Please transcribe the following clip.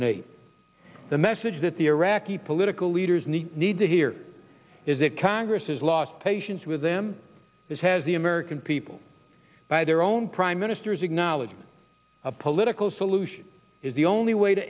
and eight the message that the iraqi political leaders need need to hear is that congress has lost patience with them as has the american people by their own prime ministers acknowledging a political solution is the only way to